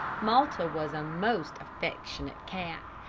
malta was a most affectionate cat,